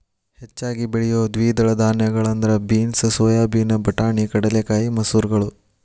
ಹೆಚ್ಚಾಗಿ ಬೆಳಿಯೋ ದ್ವಿದಳ ಧಾನ್ಯಗಳಂದ್ರ ಬೇನ್ಸ್, ಸೋಯಾಬೇನ್, ಬಟಾಣಿ, ಕಡಲೆಕಾಯಿ, ಮಸೂರಗಳು